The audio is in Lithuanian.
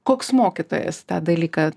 koks mokytojas tą dalyką